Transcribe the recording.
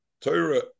Torah